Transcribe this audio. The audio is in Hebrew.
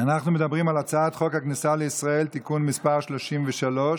אנחנו מדברים על הצעת חוק הכניסה לישראל (תיקון מס' 33)